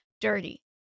dirty